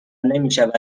نمیشود